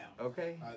Okay